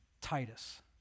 Titus